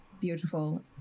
beautiful